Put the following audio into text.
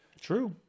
True